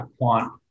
quant